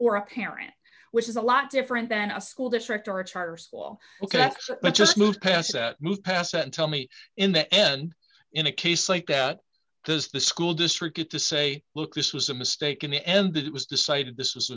or a parent which is a lot different than a school district or a charter school ok let's just move past that must pass and tell me in the end in a case like that does the school district get to say look this was a mistake in the end that it was decided this